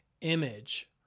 image